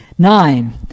Nine